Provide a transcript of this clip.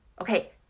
Okay